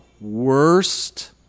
worst